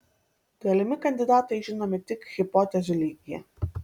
galimi kandidatai žinomi tik hipotezių lygyje